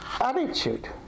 attitude